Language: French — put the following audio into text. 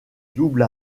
double